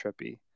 trippy